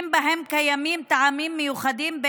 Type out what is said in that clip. במקרים שבהם קיימים טעמים מיוחדים,